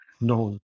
No